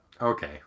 Okay